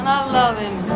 love him